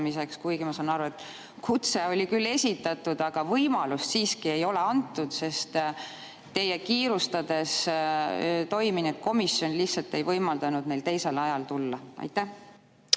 Ma saan aru, et kutse oli küll esitatud, aga võimalust siiski ei ole antud, sest teie kiirustades toimunud komisjon istungil lihtsalt ei võimaldatud neil teisel ajal tulla. Suur